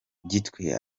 gitwe